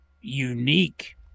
unique